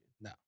No